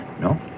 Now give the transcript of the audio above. no